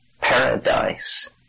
paradise